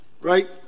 right